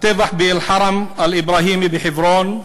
הטבח באל-חרם אל-אברהימי בחברון,